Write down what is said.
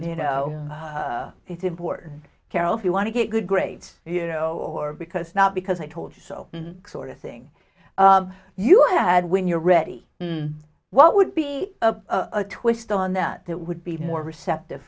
you know it's important carol if you want to get good grades you know or because not because i told you so sort of thing you had when you're ready what would be a twist on that that would be more receptive